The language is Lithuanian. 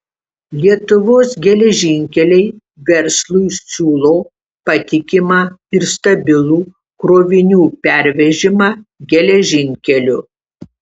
lietuvos geležinkeliai verslui siūlo patikimą ir stabilų krovinių pervežimą geležinkeliu